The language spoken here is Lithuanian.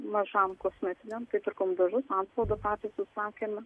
mažam kosmetiniam tai pirkom dažus antspaudą patys užsakėme